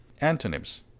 Antonyms